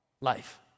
life